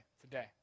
today